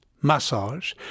massage